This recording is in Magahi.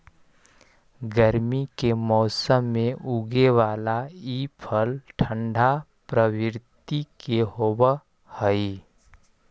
गर्मी के मौसम में उगे बला ई फल ठंढा प्रवृत्ति के होब हई